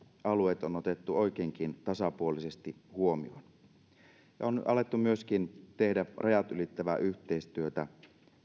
alueet on otettu oikeinkin tasapuolisesti huomioon ja on alettu myöskin tehdä rajat ylittävää yhteistyötä